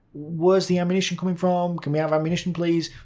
where's the ammunition coming from? can we have ammunition please?